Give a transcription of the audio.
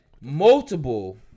multiple